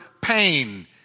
pain